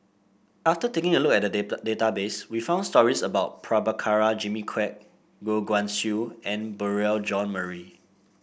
after taking a look at the database we found stories about Prabhakara Jimmy Quek Goh Guan Siew and Beurel Jean Marie